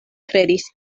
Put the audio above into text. kredis